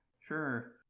Sure